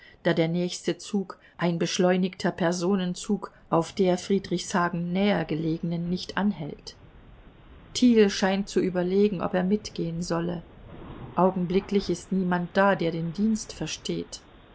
da der nächste zug ein beschleunigter personenzug auf der friedrichshagen nähergelegenen nicht anhält thiel scheint zu überlegen ob er mitgehen solle augenblicklich ist niemand da der den dienst versteht